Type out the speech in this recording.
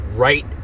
Right